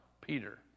Peter